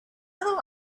other